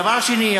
דבר שני,